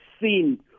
seen